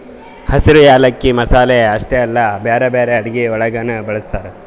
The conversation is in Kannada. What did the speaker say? ಹಸಿರು ಯಾಲಕ್ಕಿ ಮಸಾಲೆ ಅಷ್ಟೆ ಅಲ್ಲಾ ಬ್ಯಾರೆ ಬ್ಯಾರೆ ಅಡುಗಿ ಒಳಗನು ಬಳ್ಸತಾರ್